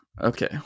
Okay